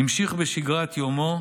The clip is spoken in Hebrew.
המשיך בשגרת יומו,